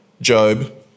Job